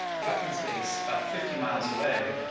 weapons base about fifty miles away,